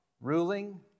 ruling